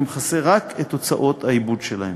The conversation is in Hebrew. המכסה רק את הוצאות העיבוד שלהם.